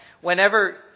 whenever